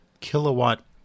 kilowatt